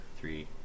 Three